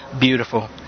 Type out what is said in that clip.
beautiful